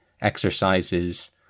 exercises